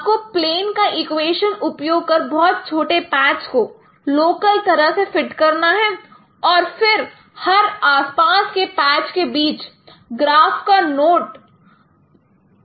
तो आपको प्लेन का इक्वेशन उपयोग कर बहुत छोटे पैच को लोकल तरह से फिट करना है और फिर हर आसपास के पैच के बीच ग्राफ का नोड बनता है